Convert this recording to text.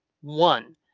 One